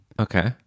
okay